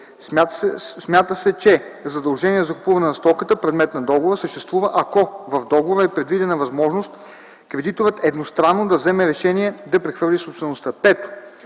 смята се, че задължение за закупуване на стоката - предмет на договора, съществува, ако в договора е предвидена възможност кредиторът едностранно да вземе решение да прехвърли собствеността;